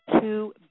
two